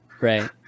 Right